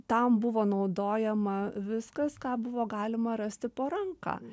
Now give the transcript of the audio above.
tam buvo naudojama viskas ką buvo galima rasti po ranka